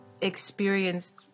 experienced